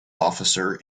officer